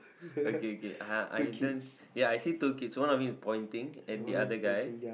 okay K I I turn ya I see two kids one of them is pointing at the other guy